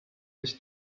his